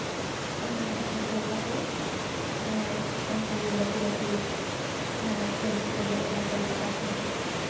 ᱚᱱᱟ ᱨᱮᱦᱚᱸ ᱡᱤᱛᱟᱹᱣ ᱠᱟᱛᱮᱫ ᱩᱱᱠᱩ ᱞᱟᱹᱴᱩ ᱞᱟᱹᱴᱩ ᱠᱷᱮᱞ ᱠᱚᱠᱚ ᱦᱮᱡ ᱞᱮᱱᱟ ᱠᱳᱞᱠᱟᱛᱟ ᱠᱷᱚᱱᱟᱜ